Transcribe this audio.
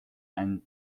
and